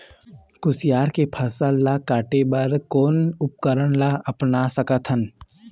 कुसियार के फसल ला काटे बर कोन उपकरण ला अपना सकथन?